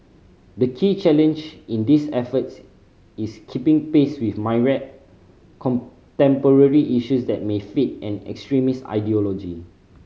the key challenge in these efforts is keeping pace with myriad contemporary issues that may feed an extremist ideology